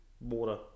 water